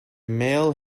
male